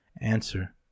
answer